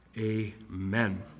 Amen